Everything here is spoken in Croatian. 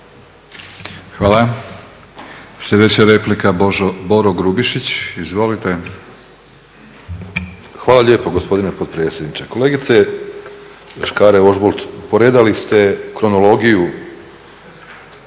Hvala. Sljedeća replika, Boro Grubišić. Izvolite. **Grubišić, Boro (HDSSB)** Hvala lijepo gospodine potpredsjedniče. Kolegice Škare-Ožbolt, poredali ste kronologiju,